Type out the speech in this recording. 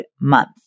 month